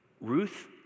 Ruth